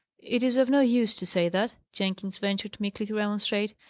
it is of no use to say that, jenkins ventured meekly to remonstrate.